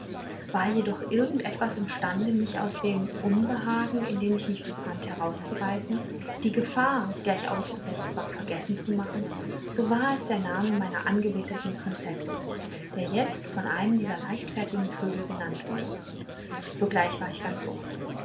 war jedoch irgend etwas imstande mich aus dem unbehagen in dem ich mich befand herauszureißen die gefahr der ich ausgesetzt war vergessen zu machen so war es der name meiner angebeteten prinzessin der jetzt von einem dieser leichtfertigen vögel genannt wurde sogleich war ich ganz ohr